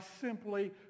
simply